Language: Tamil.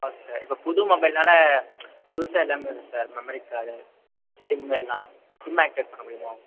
ஓகே சார் இப்போ புது மொபைல்னால புதுசாக எல்லாமே வேணும் sir memory card sim sim சிம் ஆக்ட்டிவேட் பண்ணமுடியுமா